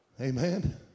Amen